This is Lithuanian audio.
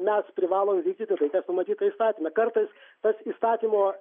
mes privalom vykdyti tai kas numatyta įstatyme kartais tas įstatymo